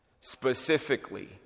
Specifically